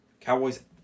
Cowboys